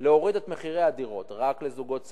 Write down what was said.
להוריד את מחירי הדירות רק לזוגות צעירים,